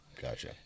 gotcha